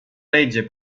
legge